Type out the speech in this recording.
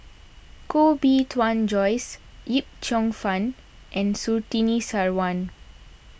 Koh Bee Tuan Joyce Yip Cheong Fun and Surtini Sarwan